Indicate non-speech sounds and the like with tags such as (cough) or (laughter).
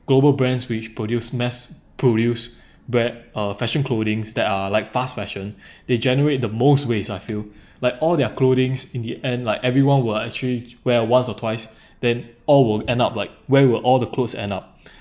global brands which produce mass produce (breath) bad uh fashion clothing that are like fast fashion (breath) they generate the most waste I feel (breath) like all their clothings in the end like everyone were actually wear once or twice (breath) then all will end up like where will all the clothes end up (breath)